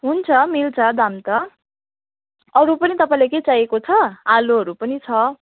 हुन्छ मिल्छ दाम त अरू पनि तपाईँलाई के चाहिएको छ आलुहरू पनि छ